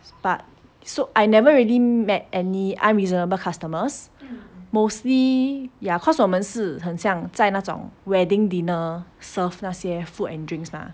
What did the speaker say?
but so I never really met any unreasonable customers mostly ya cause 我们是很像在那种 wedding dinner serve 那些 food and drinks lah